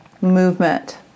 movement